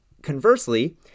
Conversely